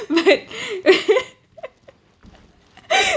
but